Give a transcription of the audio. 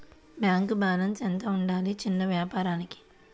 Bank balance ఎంత ఉండాలి చిన్న వ్యాపారానికి?